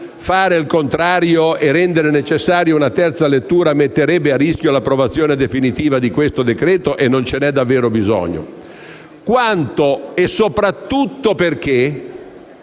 fare il contrario e rendere necessaria una terza lettura metterebbe a rischio la conversione definitiva di questo decreto (e non ce ne è davvero bisogno), quanto e soprattutto perché